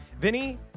Vinny